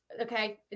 okay